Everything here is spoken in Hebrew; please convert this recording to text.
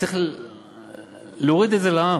צריך להוריד את זה לעם.